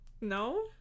no